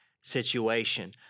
situation